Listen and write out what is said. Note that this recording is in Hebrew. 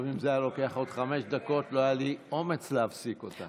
גם אם זה היה לוקח לך עוד חמש דקות לא היה לי אומץ להפסיק אותך.